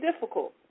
difficult